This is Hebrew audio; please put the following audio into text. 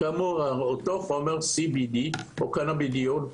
אותו חומר, CBD או קנבידיול,